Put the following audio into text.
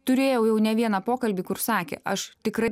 turėjau jau ne vieną pokalbį kur sakė aš tikrai